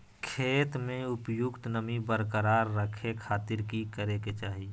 खेत में उपयुक्त नमी बरकरार रखे खातिर की करे के चाही?